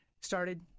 started